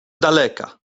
daleka